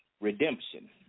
redemption